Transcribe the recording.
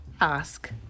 ask